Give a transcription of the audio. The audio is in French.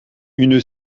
une